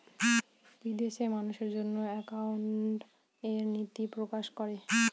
বিদেশে মানুষের জন্য একাউন্টিং এর নীতি প্রকাশ করে